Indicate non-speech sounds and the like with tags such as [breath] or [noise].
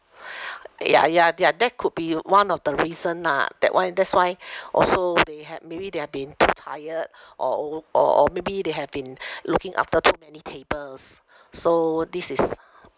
[breath] ya ya ya that could be one of the reason ah that why that's why also they had maybe they have been too tired or over~ or or maybe they have been looking after too many tables so this is